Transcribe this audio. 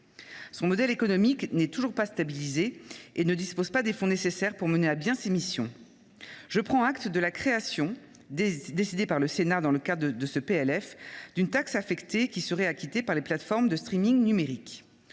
Le modèle économique du centre n’est toujours pas stabilisé, et il ne dispose pas des fonds nécessaires pour mener à bien ses missions. Je prends acte de la création, décidée par le Sénat dans le cadre de ce PLF, d’une taxe affectée qui sera acquittée par les plateformes de. J’avais pour